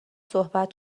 صحبت